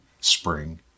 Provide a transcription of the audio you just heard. spring